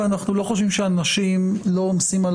ואנחנו לא חושבים שאנשים לא עומסים על